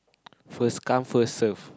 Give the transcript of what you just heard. first come first serve